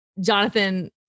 Jonathan